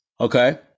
Okay